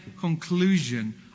conclusion